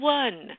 one